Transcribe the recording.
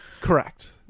Correct